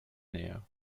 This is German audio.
nähe